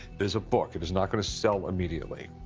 is a book. it is not going to sell immediately.